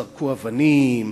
זרקו אבנים,